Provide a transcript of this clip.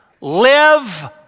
Live